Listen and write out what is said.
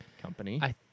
Company